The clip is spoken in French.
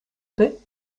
paix